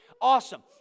Awesome